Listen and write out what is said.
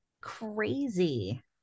crazy